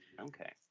okay